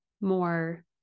more